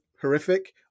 horrific